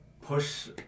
push